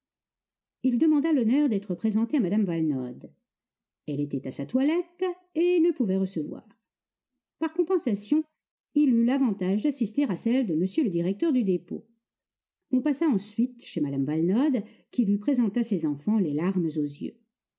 il demanda l'honneur d'être présenté à mme valenod elle était à sa toilette et ne pouvait recevoir par compensation il eut l'avantage d'assister à celle de m le directeur du dépôt on passa ensuite chez mme valenod qui lui présenta ses enfants les larmes aux yeux